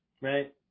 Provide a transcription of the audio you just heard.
right